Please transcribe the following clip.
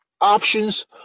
options